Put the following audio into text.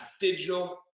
digital